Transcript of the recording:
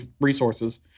resources